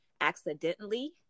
accidentally